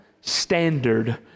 standard